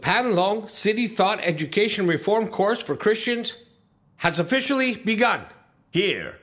pattern long city thought education reform course for christians has officially begun here